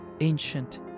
ancient